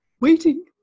waiting